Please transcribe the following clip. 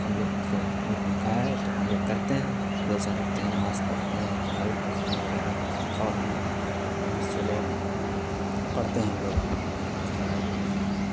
ہم لوگ کو کہا ہے تو ہم لوگ کرتے ہیں روزہ رکھتے ہیں نماز پڑھتے ہیں تراویح پڑھتے ہیں وغیرہ اور بھی بہت سے لوگ پڑھتے ہیں ہم لوگ نماز تراویح روزہ